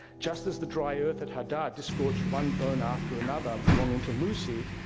just as the dry earth at hadar, disgorged one bone after another belonging to lucy,